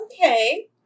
Okay